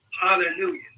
Hallelujah